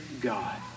God